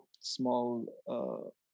small